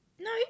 No